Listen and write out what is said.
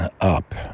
up